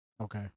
okay